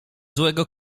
złego